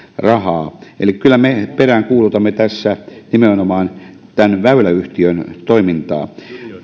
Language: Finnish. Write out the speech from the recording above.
rahaa eli kyllä me peräänkuulutamme tässä nimenomaan tämän väyläyhtiön toimintaa